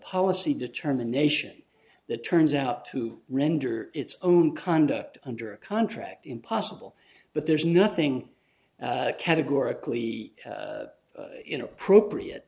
policy determination that turns out to render its own conduct under contract impossible but there's nothing categorically inappropriate